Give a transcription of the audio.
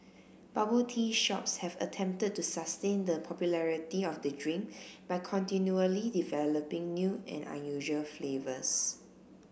bubble tea shops have attempted to sustain the popularity of the drink by continually developing new and unusual flavours